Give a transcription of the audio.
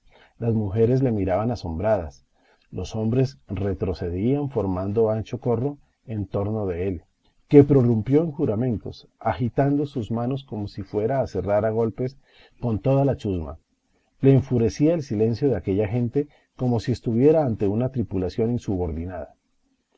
las mujeres le miraban asombradas los hombres retrocedían formando ancho corro en torno de él que prorrumpió en juramentos agitando sus manos como si fuera a cerrar a golpes con toda la chusma le enfurecía el silencio de aquella gente como si estuviera ante una tripulación insubordinada